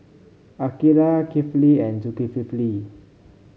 Aqeelah Kifli and Zulkifli